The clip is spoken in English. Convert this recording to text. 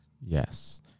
Yes